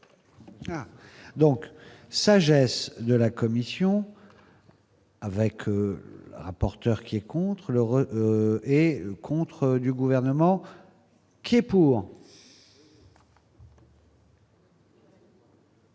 Donc sagesse de la Commission. Avec rapporteur qui est contre le rejet et contre du gouvernement. Qui est pour.